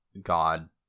god